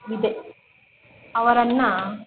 ವಿದೆ ಅವರನ್ನು